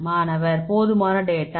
மாணவர் போதுமான டேட்டா